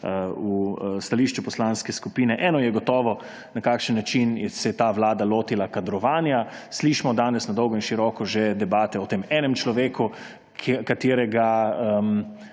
v stališču poslanske skupine. Eno je gotovo, na kakšen način se je ta vlada lotila kadrovanja. Slišimo danes na dolgo in široko že debate o tem enem človeku, katerega